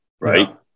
Right